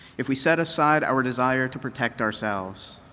if we set aside our desire to protect ourselves,